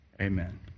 Amen